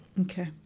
Okay